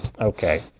Okay